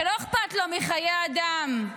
שלא אכפת לו מחיי אדם,